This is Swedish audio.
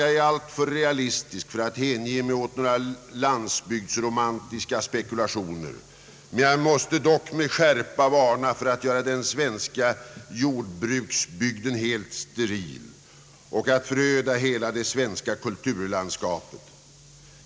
Jag är alltför realistisk för att hänge mig åt några landsbygdsromantiska spekulationer, men jag måste dock med skärpa varna för att göra den svenska jordbruksbygden helt steril och att föröda hela det svenska :kulturlandskapet.